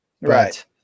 Right